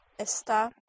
Está